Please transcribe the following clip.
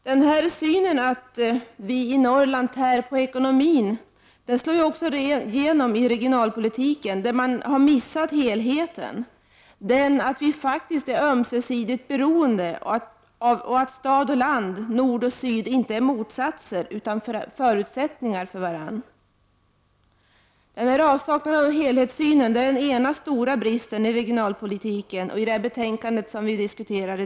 Synsättet att vi i Norrland tär på ekonomin slår tyvärr igenom också i regionalpolitiken, där man har missat helheten, nämligen att vi faktiskt är ömsesidigt beroende och att stad och land, nord och syd inte är varandras motsatser utan varandras förutsättningar. Avsaknaden av helhetssyn är den ena stora bristen i regionalpolitiken och i det betänkande som vi i dag diskuterar.